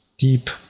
deep